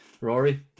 Rory